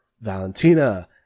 Valentina